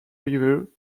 river